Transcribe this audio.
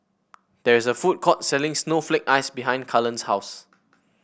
there is a food court selling Snowflake Ice behind Cullen's house